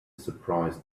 surprise